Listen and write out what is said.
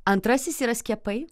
antrasis yra skiepai